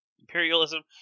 imperialism